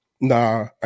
Nah